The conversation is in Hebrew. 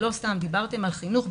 ולא סתם דיברתם על חינוך,